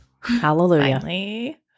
Hallelujah